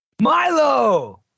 Milo